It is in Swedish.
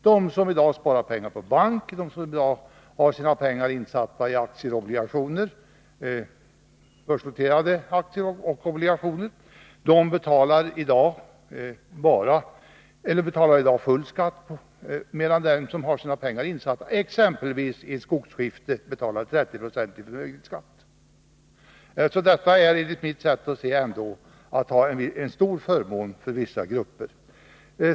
De som i dag sparar på bank, som har pengar i börsnoterade aktier och obligationer betalar full skatt, medan de som har pengar insatta exempelvis i ett skogsskifte betalar förmögenhetsskatt på 30 96 av värdet. Det är enligt mitt sätt att se ändå en stor förmån för vissa grupper.